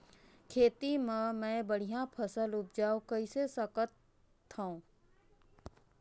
खेती म मै बढ़िया फसल उपजाऊ कइसे कर सकत थव?